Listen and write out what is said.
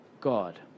God